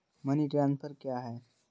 Money transfer क्या है?